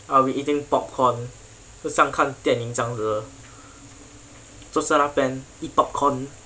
are we eating popcorn 就像看电影这样子坐在那边 eat popcorn